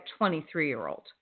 23-year-old